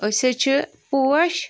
أسۍ حظ چھِ پوش